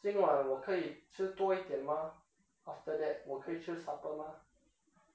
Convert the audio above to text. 今晚我可以吃多一点嘛 after that 我可以吃 supper 吗